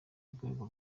urwego